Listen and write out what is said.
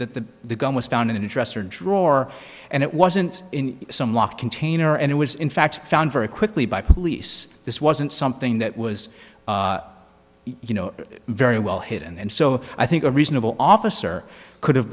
undisputed that the gun was found in a dresser drawer and it wasn't in some locked container and it was in fact found very quickly by police this wasn't something that was you know very well hidden and so i think a reasonable officer could